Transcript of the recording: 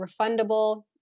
refundable